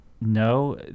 No